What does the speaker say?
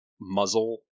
muzzle